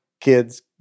kids